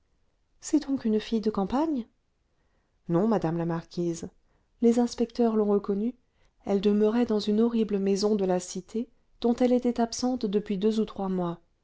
c'est donc une fille de campagne non madame la marquise les inspecteurs l'ont reconnue elle demeurait dans une horrible maison de la cité dont elle était absente depuis deux ou trois mois